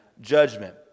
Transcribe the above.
judgment